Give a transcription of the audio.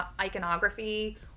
iconography